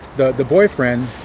the boyfriend,